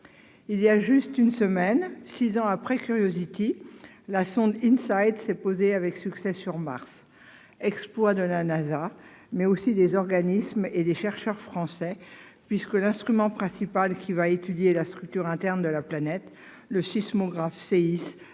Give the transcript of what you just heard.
Il y a juste une semaine, six ans après Curiosity, la sonde InSight s'est posée avec succès sur Mars : exploit de la NASA, mais aussi des organismes et chercheurs français, puisque l'instrument principal qui va étudier la structure interne de la planète, le sismographe SEIS,